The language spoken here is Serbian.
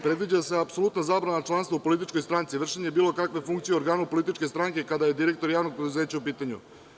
Predviđa se apsolutna zabrana članstva u političkoj stranci, vršenje bilo kakve funkcije u organu političke stranke kada je direktor javnog preduzeća u pitanju.